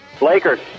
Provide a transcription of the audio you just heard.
Lakers